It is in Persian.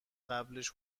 قبلش